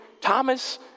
Thomas